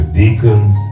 deacons